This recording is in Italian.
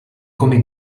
come